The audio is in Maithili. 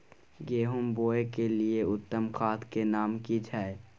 गेहूं बोअ के लिये उत्तम खाद के नाम की छै?